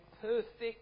perfect